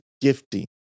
gifting